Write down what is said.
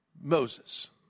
Moses